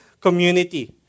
community